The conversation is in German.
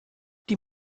die